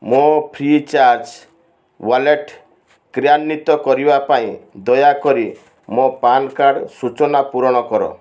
ମୋ FreeCharge wallet କ୍ରିୟାନ୍ଵିତ କରିବା ପାଇଁ ଦୟା କରି ମୋ ପ୍ୟାନକାର୍ଡ଼ ସୂଚନା ପୂରଣ କର